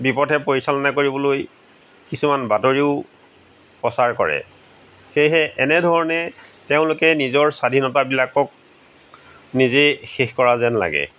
বিপথে পৰিচালনা কৰিবলৈ কিছুমান বাতৰিও প্ৰচাৰ কৰে সেয়েহে এনেধৰণে তেওঁলোকে নিজৰ স্বাধীনতাবিলাকক নিজেই শেষ কৰা যেন লাগে